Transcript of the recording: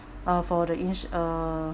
uh for the ins~ uh